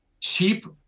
Cheap